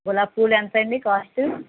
గులాబీ పువ్వులెంతండి కాస్ట్